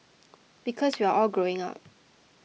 because we're all growing up